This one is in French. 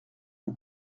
lui